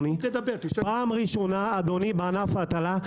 באופן אבסורדי,